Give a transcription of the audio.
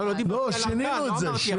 לא, לא דיברתי על הארכה, לא אמרתי ארכה.